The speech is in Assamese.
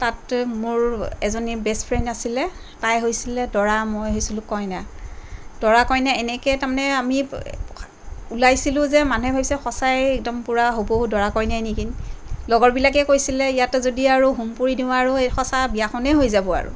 তাত মোৰ এজনী বেষ্ট ফ্ৰেণ্ড আছিলে তাই হৈছিলে দৰা মই হৈছিলো কইনা দৰা কইনা এনেকে তাৰমানে আমি ওলাইছিলোঁ যে মানুহে ভাবিছে সঁচাই একদম পূৰা হুবহু দৰা কইনাই নেকি লগৰবিলাকে কৈছিলে ইয়াতে যদি আৰু হোম পুৰি দিওঁ আৰু এই সঁচা বিয়াখনেই হৈ যাব আৰু